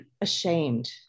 ashamed